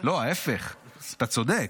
לא, ההפך, אתה צודק.